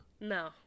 No